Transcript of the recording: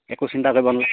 একো চিন্তা কৰিব নালাগে